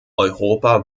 europa